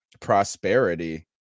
prosperity